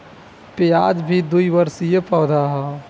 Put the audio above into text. प्याज भी द्विवर्षी पौधा हअ